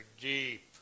deep